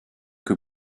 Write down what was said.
que